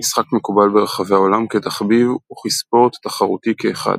המשחק מקובל ברחבי העולם כתחביב וכספורט תחרותי כאחד.